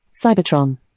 Cybertron